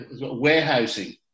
Warehousing